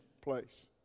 place